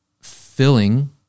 filling